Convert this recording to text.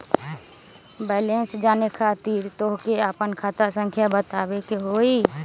Balance जाने खातिर तोह के आपन खाता संख्या बतावे के होइ?